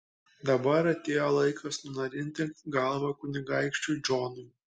dabar atėjo laikas nunarinti galvą kunigaikščiui džonui